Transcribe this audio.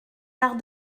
quart